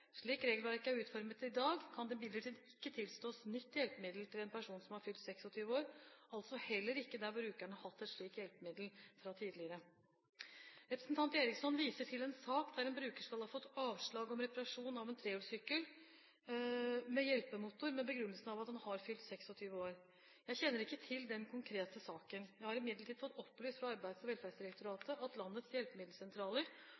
Slik regelverket er utformet i dag, kan det imidlertid ikke tilstås nytt hjelpemiddel til en person som har fylt 26 år – heller ikke der brukeren har hatt et slikt hjelpemiddel fra tidligere. Representanten Eriksson viser til en sak der en bruker skal ha fått avslag på søknad om reparasjon av en trehjulssykkel med hjelpemotor med den begrunnelse at han har fylt 26 år. Jeg kjenner ikke til den konkrete saken. Jeg har imidlertid fått opplyst fra Arbeids- og